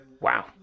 wow